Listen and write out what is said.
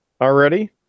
already